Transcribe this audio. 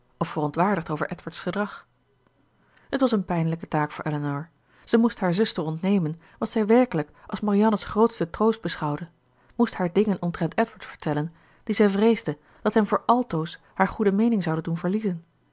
of verontwaardigd over edward's gedrag het was een pijnlijke taak voor elinor zij moest haar zuster ontnemen wat zij werkelijk als marianne's grootsten troost beschouwde moest haar dingen omtrent edward vertellen die zij vreesde dat hem voor altoos haar goede meening zouden doen verliezen